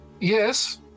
Yes